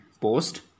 post